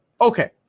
Okay